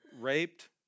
raped